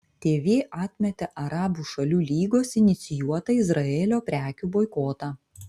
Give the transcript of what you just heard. tv atmetė arabų šalių lygos inicijuotą izraelio prekių boikotą